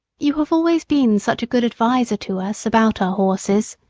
you have always been such a good adviser to us about our horses,